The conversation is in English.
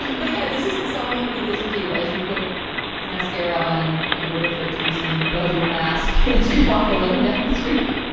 but yeah. this is the song that you could listen to as you put mascara on in order for it to be seen above your mask. you walk alone down the street.